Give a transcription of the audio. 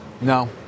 No